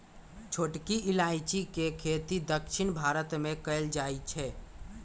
छोटकी इलाइजी के खेती दक्षिण भारत मे कएल जाए छै